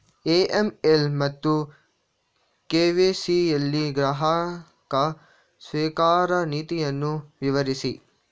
AML ಮತ್ತು KYC ಯಲ್ಲಿ ಗ್ರಾಹಕ ಸ್ವೀಕಾರ ನೀತಿಯನ್ನು ವಿವರಿಸಿ?